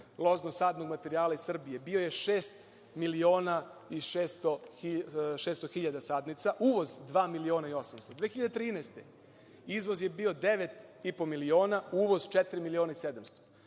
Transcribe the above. loznog sadnog materijala iz Srbije bio je šest miliona i 600 hiljada sadnica, a uvoz dva miliona i 800 , 2013. godine izvoz je bio 9,5 miliona, a uvoz četiri miliona i 700,